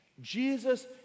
Jesus